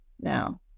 now